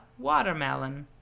Watermelon